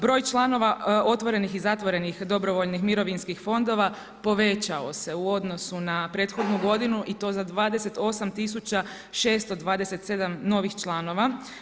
Broj članova otvorenih i zatvorenih dobrovoljnih mirovinskih fondova povećao se u odnosu na prethodnu godinu i to za 28 tisuća 627 novih članova.